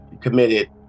committed